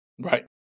Right